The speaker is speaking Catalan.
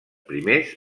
primers